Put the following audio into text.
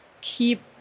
keep